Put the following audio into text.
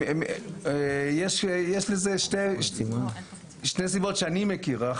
יש לזה שתי סיבות שאני מכיר ראשית: